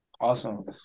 Awesome